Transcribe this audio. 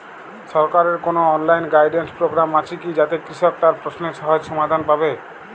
সরকারের কোনো online guidance programme আছে কি যাতে কৃষক তার প্রশ্নের সহজ সমাধান পাবে?